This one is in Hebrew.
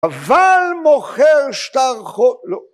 אבל מוכר שטר חוב, לא